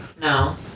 No